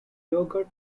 yogurt